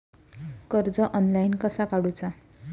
कर्ज ऑनलाइन कसा काडूचा?